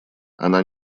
она